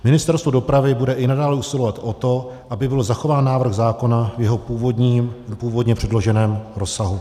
Ministerstvo dopravy bude i nadále usilovat o to, aby byl zachován návrh zákona v jeho původně předloženém rozsahu.